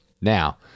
Now